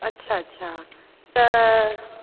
अच्छा अच्छा त